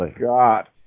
God